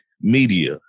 Media